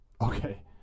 Okay